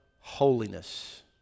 holiness